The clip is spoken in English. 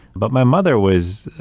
but my mother was,